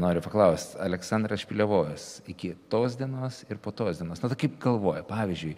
noriu paklaust aleksandras špilevojus iki tos dienos ir po tos dienos na tai kaip galvoji pavyzdžiui